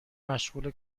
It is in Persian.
مشغول